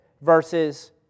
versus